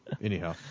Anyhow